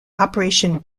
operation